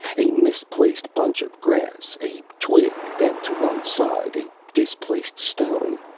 a misplaced bunch of grass, a twig bent to one side, a displaced stone,